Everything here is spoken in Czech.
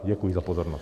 Děkuji za pozornost.